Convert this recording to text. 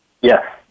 Yes